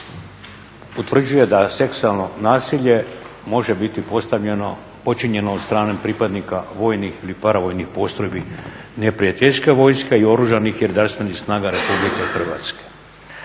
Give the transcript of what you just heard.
utvrđuje da seksualno nasilje može biti postavljeno počinjeno od strane pripadnika vojnih ili paravojnih postrojbi, neprijateljska vojska i oružanih i redarstvenih snaga RH.